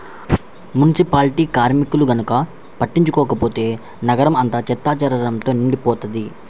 municipality కార్మికులు గనక పట్టించుకోకపోతే నగరం అంతా చెత్తాచెదారంతో నిండిపోతది